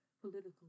political